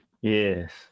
Yes